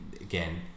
again